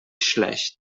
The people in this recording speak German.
schlecht